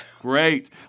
Great